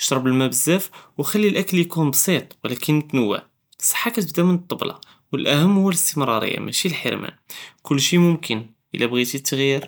ו שרב אלמא בזאף, ו חל אלאקל יקון בפסת ו לקין מתנואע. אלסהה קטבדא מן אלטבלה ו אלאחם הוא אליסטמרריה מאשי אלחרמאן, כולשי מוכל איאלה בג'יני אל...